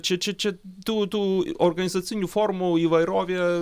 čia čia čia tų tų organizacinių formų įvairovė